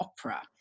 opera